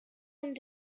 and